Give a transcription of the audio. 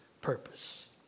purpose